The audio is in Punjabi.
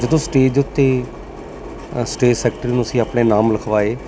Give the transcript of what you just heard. ਜਦੋਂ ਸਟੇਜ ਦੇ ਉੱਤੇ ਸਟੇਜ ਸੈਕਟਰੀ ਨੂੰ ਅਸੀਂ ਆਪਣੇ ਨਾਮ ਲਿਖਵਾਏ